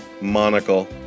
Monocle